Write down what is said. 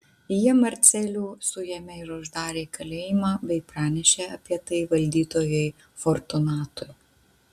jie marcelių suėmė ir uždarė į kalėjimą bei pranešė apie tai valdytojui fortunatui